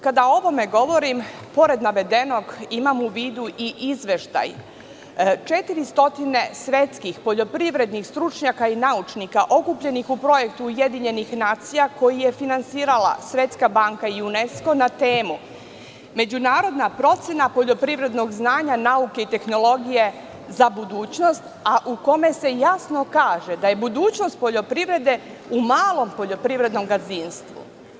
Kada o ovome govorim, pored navedenog, imam u vidu i izveštaj 400 svetskih poljoprivrednih stručnjaka i naučnika okupljenih u projektu UN, koji je finansirala Svetska banka i UNESKO na temu „Međunarodna procena poljoprivrednog znanja, nauke i tehnologije za budućnost“, a u kome se jasno kaže da je budućnost poljoprivrede u malom poljoprivrednom gazdinstvu.